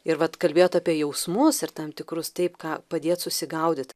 ir vat kalbėjot apie jausmus ir tam tikrus taip ką padėt susigaudyt